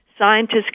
scientists